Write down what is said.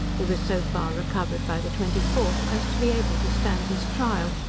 he was so far recovered by the twenty fourth, as to be able to stand his trial,